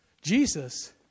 Jesus